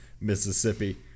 Mississippi